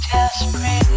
Desperate